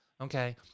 okay